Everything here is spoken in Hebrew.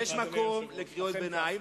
יש מקום לקריאות ביניים,